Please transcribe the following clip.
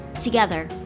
together